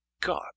God